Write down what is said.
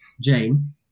Jane